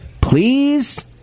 Please